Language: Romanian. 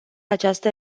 această